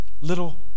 little